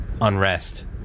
unrest